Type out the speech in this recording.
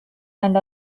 and